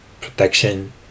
protection